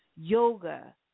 yoga